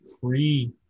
free